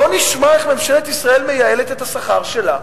בוא נשמע איך ממשלת ישראל מייעלת את השכר שלה.